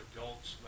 Adults